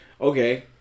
okay